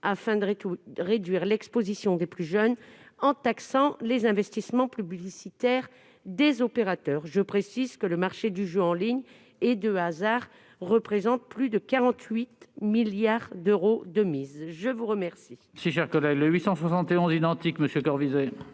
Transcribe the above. afin de réduire l'exposition des plus jeunes, en taxant les investissements publicitaires des opérateurs. Je précise que le marché du jeu en ligne et de hasard représente plus de 48 milliards d'euros de mises. La parole